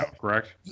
correct